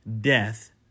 Death